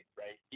right